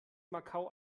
macau